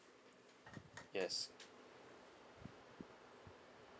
yes